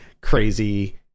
crazy